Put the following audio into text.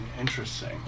Interesting